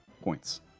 points